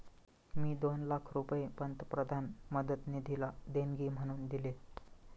मी दोन लाख रुपये पंतप्रधान मदत निधीला देणगी म्हणून दिले